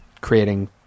creating